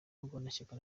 murwanashyaka